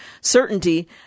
certainty